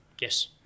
Yes